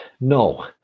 no